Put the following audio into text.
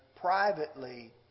privately